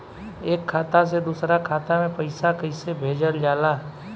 एक खाता से दूसरा खाता में पैसा कइसे भेजल जाला?